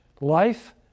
Life